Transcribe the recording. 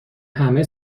همه